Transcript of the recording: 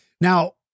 Now